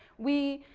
we,